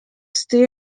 stay